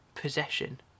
possession